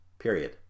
period